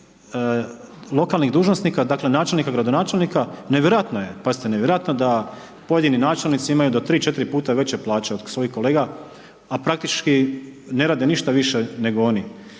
lokalnih dužnosnika, dakle načelnika, gradonačelnika, nevjerojatno je, pazite nevjerojatno da pojedini načelnici imaju do 3, 4 puta veće plaće od svojih kolega a praktički ne rade ništa više nego oni.